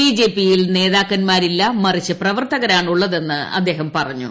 ബിജെപിയിൽ നേതാക്കന്മാരില്ല മറിച്ച് പ്രവർത്തകരാണുള്ളതെന്ന് അദ്ദേഹം പറഞ്ഞു